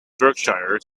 berkshire